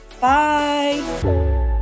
Bye